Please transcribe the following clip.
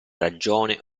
ragione